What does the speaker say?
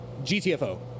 GTFO